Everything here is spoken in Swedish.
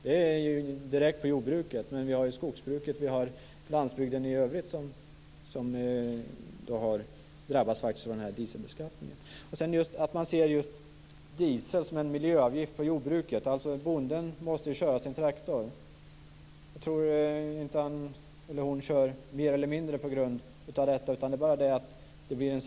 Det är vad som direkt berör jordbruket, men också skogsbruket och landsbygden i övrigt drabbas av den här dieselbeskattningen. Sedan vill jag ta upp detta med att man ser just diesel som en miljöavgift på jordbruket. Bonden måste ju köra sin traktor. Jag tror inte att han eller hon kör mer eller mindre på grund av detta. Det blir bara en sämre lönsamhet nu.